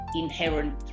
inherent